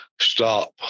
stop